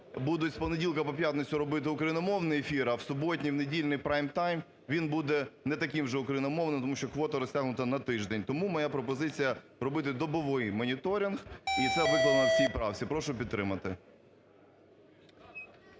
будуть з понеділка по п'ятницю робити україномовні ефіри, а в суботній, в недільний прайм-тайм він буде не таким вже україномовним, тому що квота розтягнута на тиждень. Тому моя пропозиція робити добовий моніторинг, і це викладено*** в ці правці. Прошу підтримати.